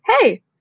hey